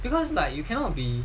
because like you cannot be